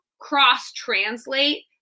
cross-translate